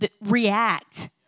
react